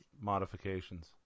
modifications